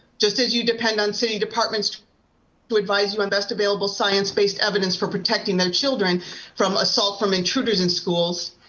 just as you depend on city departments to advise you on best available science-based evidence for protecting their children from assault from intruders in schools,